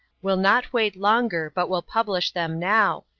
will not wait longer, but will publish them now,